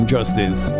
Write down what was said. Justice